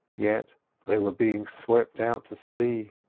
yet they were being swept out to sea.